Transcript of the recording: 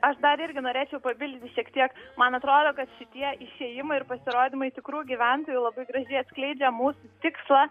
aš dar irgi norėčiau papildyti šiek tiek man atrodo kad šitie išėjimai ir pasirodymai tikrų gyventojų labai gražiai atskleidžia mūsų tikslą